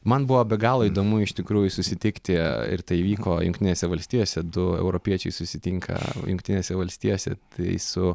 man buvo be galo įdomu iš tikrųjų susitikti ir tai vyko jungtinėse valstijose du europiečiai susitinka jungtinėse valstijose tai su